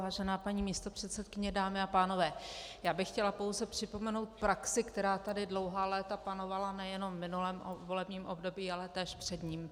Vážená paní místopředsedkyně, dámy a pánové, já bych chtěla pouze připomenout praxi, která tady dlouhá léta panovala nejenom v minulém volebním období, ale též před ním.